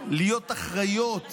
להיות אחראיות